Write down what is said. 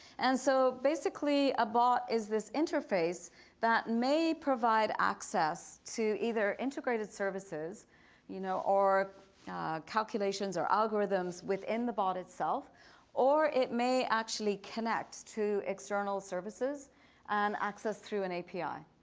and so basically a bot is this interface that may provide access to either integrated services you know or calculations or algorithms within the bot itself or it may actually connect to external services and access through an api.